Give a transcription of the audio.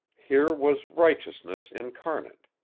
here was righteousness incarnate.